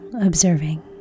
observing